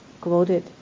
quoted